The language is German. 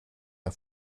der